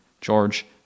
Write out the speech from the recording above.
George